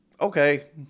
okay